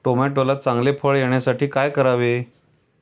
टोमॅटोला चांगले फळ येण्यासाठी काय करावे?